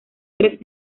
tres